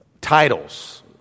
titles